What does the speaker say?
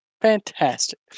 Fantastic